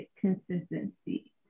consistency